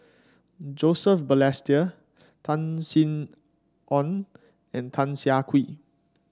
Joseph Balestier Tan Sin Aun and Tan Siah Kwee